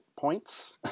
points